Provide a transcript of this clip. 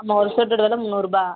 ஆமாம் ஒரு ஷர்ட்டோடய வெலை முந்நூறுரூபாய்